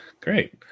Great